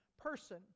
person